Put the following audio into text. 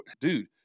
dude